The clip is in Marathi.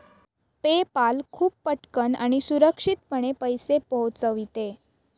पेपाल खूप पटकन आणि सुरक्षितपणे पैसे पोहोचविते